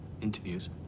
Interviews